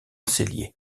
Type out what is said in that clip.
cellier